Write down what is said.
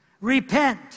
repent